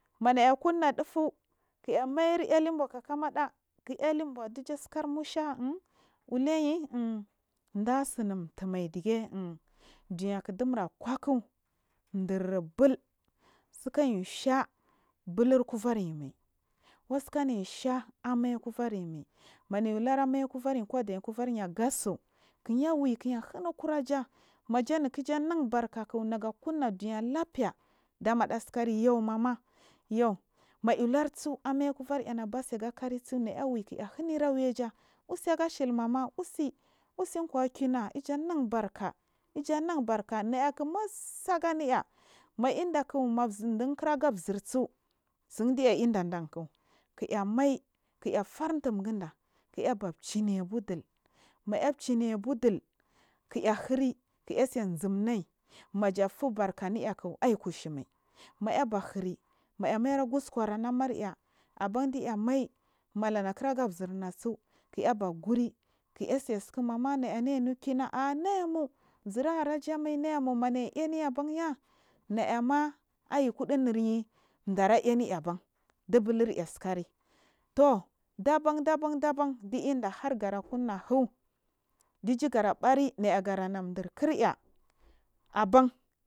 Ma ndakuna dufun kina mairalin boa kaka amaɗa libour dija tsara musha datsiniim tumaitki duniya nki dumura kwa kk bul saki diya sha buluvaryimai sasikanayis ha amaya a kuvaryimai maniyulur amaya kuvaryi ko adaya kuvanyi aga tsu kiya wu’u kiya lina kuraja maja mu di yu nan barkaku naga kuna duniya labfeyi dama yasikiri yu’u mama manayi lursu ameya kukar ga’ana akwa tsiga kari kinaya wui mama manayi lursu ameya kukar ya’ana akwa tsiga kari kinaya wui kknalina kira ja usigashili mama usi usi kwa riauna ijanan barka ijanan barka naya ak mutsaguniya ma in da kk muzu kira ga zirsu tsin diya idaridan k k kinya mai kiyafar intunigunda kiyaba dul kiyabudul kiya bashi na abudu kkya hiri kiya tse zumnai majapu barkaniya a kk ai kushumai mayaba hiri, mayamaira gu uskur anta ammar yah aban diya mai malana kiraga zirusu kiyaba guri keyatsa tsum mama mya neni kewna a ah niyi mu zir arajamai naiymu mana irrin baya nayaama ayu kuɗuniyi dara irayaban du bu asikari tur dab an daban di inda hargara kuna kk diju garɓari mya gana durkir aiya aman